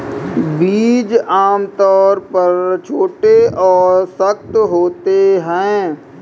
बीज आमतौर पर छोटे और सख्त होते हैं